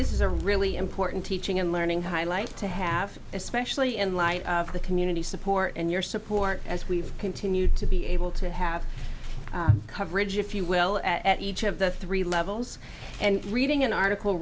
this is a really important teaching and learning highlight to have especially in light of the community support and your support as we've continued to be able to have coverage if you will at each of the three levels and reading an article